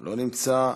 לא נמצא,